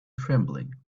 trembling